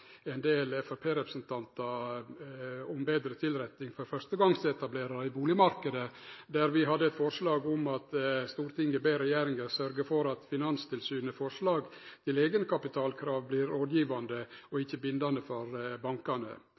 ein del framstegspartirepresentantar om betre tilrettelegging for førstegongsetablerarar i bustadmarknaden, der vi hadde bl.a. følgjande forslag: «Stortinget ber regjeringen sørge for at Finanstilsynets forslag til egenkapitalkrav blir rådgivende og ikke bindende for bankene.»